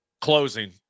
Closing